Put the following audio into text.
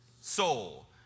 soul